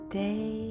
day